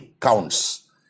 counts